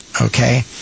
Okay